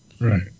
right